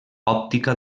òptica